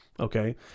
Okay